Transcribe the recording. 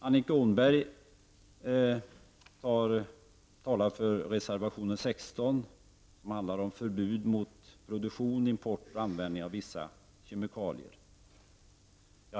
Annika Åhnberg talar för reservation 16, som handlar om förbud mot produktion, import och användning av vissa kemikalier.